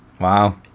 Wow